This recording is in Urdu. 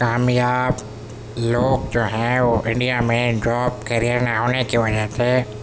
کامیاب لوگ جو ہیں وہ انڈیا میں جاب کریئر نہ ہونے کی وجہ سے